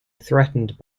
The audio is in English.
threatened